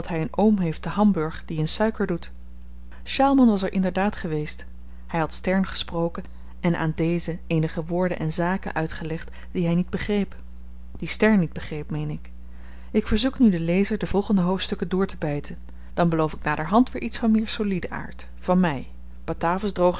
oom heeft te hamburg die in suiker doet sjaalman was er inderdaad geweest hy had stern gesproken en aan dezen eenige woorden en zaken uitgelegd die hy niet begreep die stern niet begreep meen ik ik verzoek nu den lezer de volgende hoofdstukken doortebyten dan beloof ik naderhand weer iets van meer solieden aard van my batavus